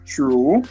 True